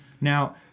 Now